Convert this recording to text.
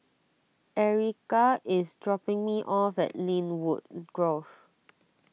Erykah is dropping me off at Lynwood Grove